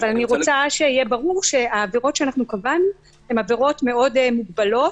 אבל אני רוצה שיהיה ברור שהעבירות שאנחנו קבענו הן עבירות מאוד מוגבלות,